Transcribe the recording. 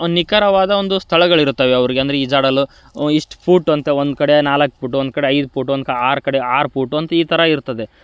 ಒಂದು ನಿಖರವಾದ ಒಂದು ಸ್ಥಳಗಳಿರ್ತವೆ ಅವ್ರಿಗೆ ಅಂದರೆ ಈಜಾಡಲು ಇಷ್ಟು ಫೂಟ್ ಅಂತ ಒಂದು ಕಡೆ ನಾಲ್ಕು ಫುಟ್ ಒಂದು ಕಡೆ ಐದು ಫೂಟ್ ಒಂದು ಕ ಆರು ಕಡೆ ಆರು ಫೂಟು ಅಂತ ಈ ಥರ ಇರ್ತದೆ